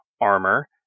armor